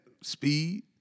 speed